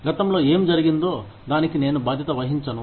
గతంలో ఏమి జరిగిందో దానికి నేను బాధ్యత వహించను